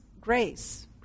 grace